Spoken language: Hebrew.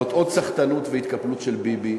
זה עוד סחטנות והתקפלות של ביבי,